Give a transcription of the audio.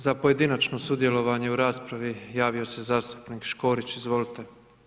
Za pojedinačno sudjelovanje u raspravi, javio se zastupnik Škorić, izvolite.